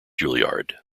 juilliard